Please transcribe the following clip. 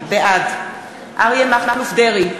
בעד אריה מכלוף דרעי,